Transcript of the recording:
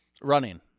Running